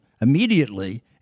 immediately